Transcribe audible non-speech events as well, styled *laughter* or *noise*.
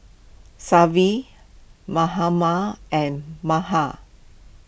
*unintelligible* Mahatma and Mahan